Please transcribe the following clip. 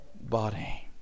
body